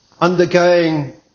undergoing